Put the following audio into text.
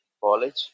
college